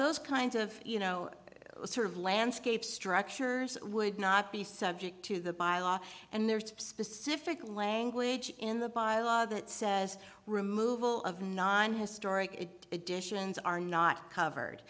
those kind of you know sort of landscape structures would not be subject to the bylaw and there's a specific language in the bylaw that says removal of non historic additions are not covered